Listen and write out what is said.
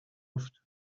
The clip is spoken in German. oft